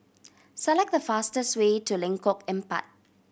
select the fastest way to Lengkok Empat